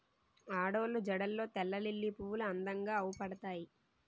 ఆడోళ్ళు జడల్లో తెల్లలిల్లి పువ్వులు అందంగా అవుపడతాయి